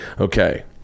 Okay